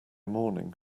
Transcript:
morning